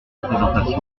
présentations